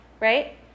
right